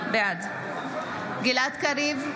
בעד גלעד קריב,